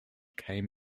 came